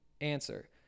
answer